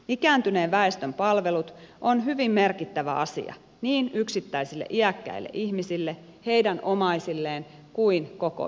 ikääntyneen väestön palvelut ovat hyvin merkittävä asia niin yksittäisille iäkkäille ihmisille heidän omaisilleen kuin koko yhteiskunnallekin